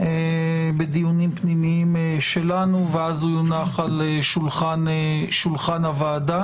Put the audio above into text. בדיונים פנימיים שלנו ואז הוא יונח על שולחן הוועדה.